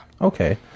Okay